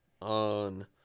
on